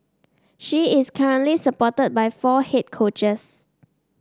she is currently supported by four head coaches